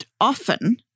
often